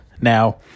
Now